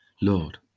Lord